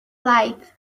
life